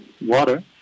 water